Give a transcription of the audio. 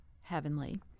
heavenly